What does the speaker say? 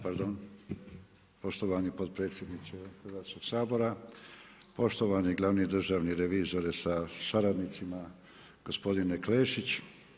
Poštovani potpredsjedniče Hrvatskog sabora, poštovani glavni državni revizore sa saradnicima, gospodine Klešić.